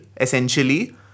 essentially